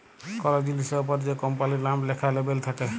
call জিলিসের অপরে যে কম্পালির লাম ল্যাখা লেবেল থাক্যে